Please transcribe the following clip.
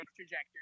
trajectory